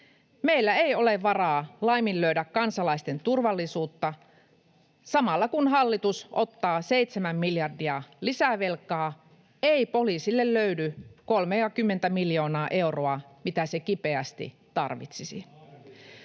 Meillä ei ole varaa laiminlyödä kansalaisten turvallisuutta. Samalla kun hallitus ottaa 7 miljardia lisävelkaa, ei poliisille löydy 30:tä miljoonaa euroa, mitä se kipeästi tarvitsisi.